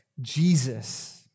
Jesus